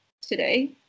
today